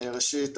ראשית,